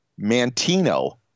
Mantino